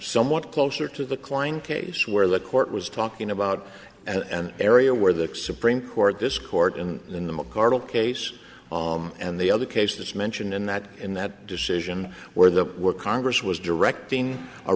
somewhat closer to the klein case where the court was talking about an area where the supreme court this court in the in the mcardle case and the other cases mentioned in that in that decision where that were congress was directing a